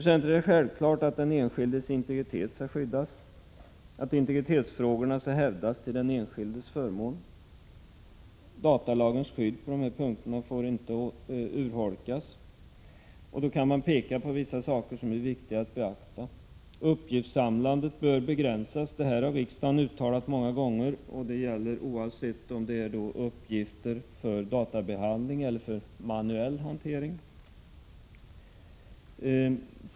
Sedan är det självklart att den enskildes integritet skall skyddas, att 153 integritetsfrågorna skall hävdas till den enskildes förmån. Datalagens skydd på denna punkt får inte urholkas. Man kan peka på vissa saker som är viktiga att beakta. Uppgiftssamlandet bör begränsas. Detta har riksdagen uttalat många gånger, och det gäller oavsett om det handlar om uppgifter för databehandling eller för manuell hantering.